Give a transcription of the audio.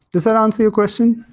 does that answer your question?